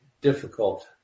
difficult